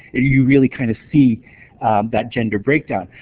you really kind of see that gender breakdown,